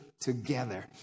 together